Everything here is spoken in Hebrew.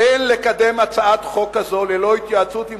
"אין לקדם הצעת חוק כזו ללא התייעצות עם